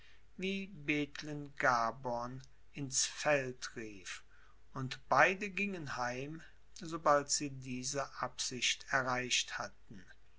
wie bethlen gaborn ins feld rief und beide gingen heim sobald sie diese absicht erreicht hatten